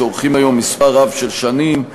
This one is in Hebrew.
שאורכים היום מספר רב של שנים,